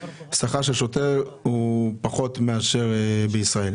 שכר של שוטר הוא פחות מאשר בישראל.